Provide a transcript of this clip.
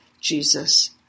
jesus